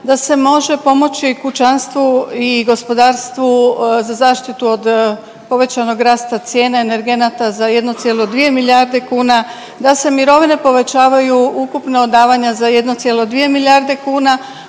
da se može pomoći kućanstvu i gospodarstvu za zaštitu od povećanog rasta cijena energenata za 1,2 milijarde kuna, da se mirovine povećavaju ukupno od davanja za 1,2 milijarde kuna,